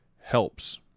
helps